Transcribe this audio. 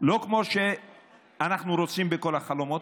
לא כמו שאנחנו רוצים בכל החלומות,